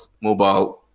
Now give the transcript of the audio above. mobile